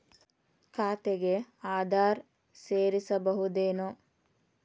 ಖಾತೆಗೆ ಆಧಾರ್ ಸೇರಿಸಬಹುದೇನೂ?